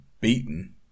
beaten